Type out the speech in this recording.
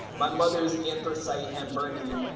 my mother's anthracite and burning,